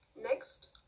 Next